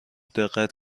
دقت